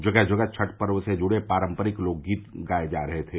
जगह जगह छठ पर्व से जुड़े पारम्परित लोक गीत गाए जा रहे थे